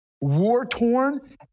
War-torn